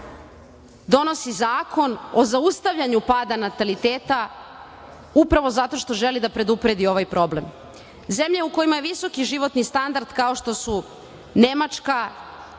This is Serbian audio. donosi zakon o zaustavljanju pada nataliteta upravo zato što želi da predupredi ovaj problem. Zemlje u kojima je visoki životni standard, kao što su Nemačka